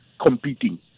competing